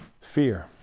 fear